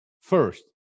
first